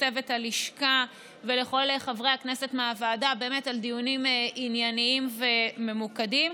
לצוות הלשכה ולכל חברי הכנסת מהוועדה על דיונים ענייניים וממוקדים.